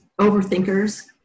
overthinkers